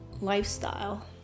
lifestyle